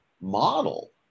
model